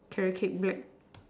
carrot cake black